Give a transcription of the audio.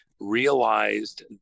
realized